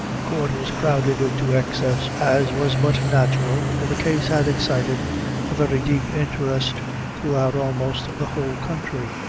court was crowded to excess, as was but natural, for the case had excited a very deep interest throughout almost the whole country.